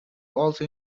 also